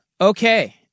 Okay